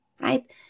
right